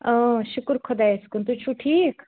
شُکُر خۄدایَس کُن تُہۍ چھُو ٹھیٖک